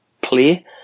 play